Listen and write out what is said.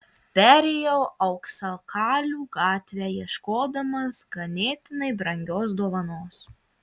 perėjau auksakalių gatve ieškodamas ganėtinai brangios dovanos